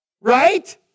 Right